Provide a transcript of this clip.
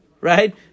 Right